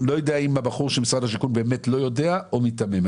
לא יודע אם נציג משרד השיכון באמת לא יודע או מיתמם.